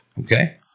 Okay